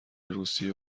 روسیه